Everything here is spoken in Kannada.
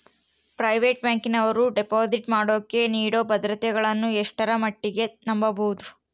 ಪ್ರೈವೇಟ್ ಬ್ಯಾಂಕಿನವರು ಡಿಪಾಸಿಟ್ ಮಾಡೋಕೆ ನೇಡೋ ಭದ್ರತೆಗಳನ್ನು ಎಷ್ಟರ ಮಟ್ಟಿಗೆ ನಂಬಬಹುದು?